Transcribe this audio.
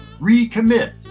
recommit